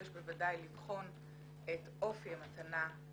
יש בוודאי לבחון את אופי המתנה,